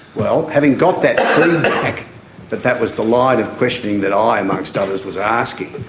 well, having got that feedback that that was the line of questioning that i, amongst others, was asking,